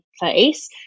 place